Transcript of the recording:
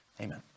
Amen